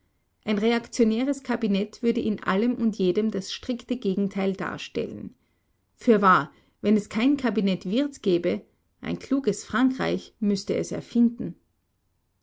ein reaktionäres kabinett würde in allem und jedem das strikte gegenteil darstellen fürwahr wenn es kein kabinett wirth gäbe ein kluges frankreich müßte es erfinden